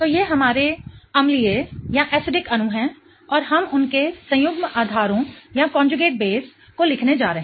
3 तो ये हमारे अम्लीय अणु हैं और हम उनके संयुग्म आधारों को लिखने जा रहे हैं